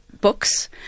books